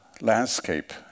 landscape